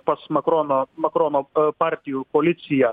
pas makrono makrono partijų koalicija